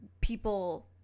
people